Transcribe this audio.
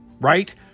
right